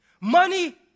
money